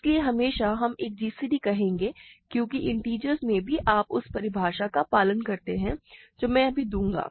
इसलिए हमेशा हम एक gcd कहेंगे क्योंकि इंटिजर्स में भी आप उस परिभाषा का पालन करते हैं जो मैं अभी दूंगा